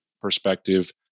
perspective